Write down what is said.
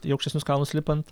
į aukštesnius kalnus lipant